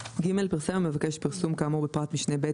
פרסם המבקש פרסום כאמור בפרט משנה (ב),